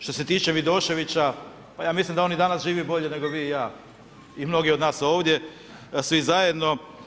Što se tiče Vidoševića, pa ja mislim da on i danas živi bolje nego vi i ja i mnogi od nas ovdje svi zajedno.